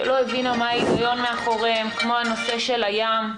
שלא הבינה מה ההיגיון מאחוריהם, כמו הנושא של הים.